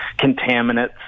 contaminants